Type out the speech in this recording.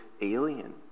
alien